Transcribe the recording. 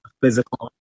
physical